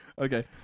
Okay